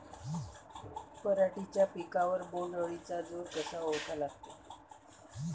पराटीच्या पिकावर बोण्ड अळीचा जोर कसा ओळखा लागते?